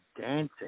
dancing